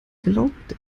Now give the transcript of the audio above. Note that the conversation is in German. glaubte